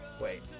wait